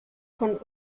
von